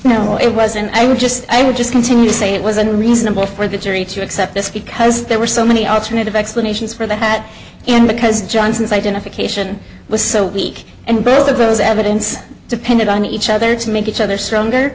no it wasn't i would just i would just continue saying it was unreasonable for the jury to accept this because there were so many alternative explanations for that and because johnson's identification was so weak and both of those evidence depended on each other to make each other stronger